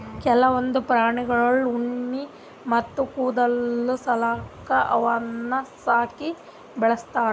ಕೆಲವೊಂದ್ ಪ್ರಾಣಿಗಳ್ದು ಉಣ್ಣಿ ಅಥವಾ ಕೂದಲ್ ಸಲ್ಯಾಕ ಅವನ್ನ್ ಸಾಕಿ ಬೆಳಸ್ತಾರ್